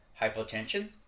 hypotension